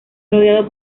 rodeado